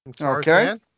okay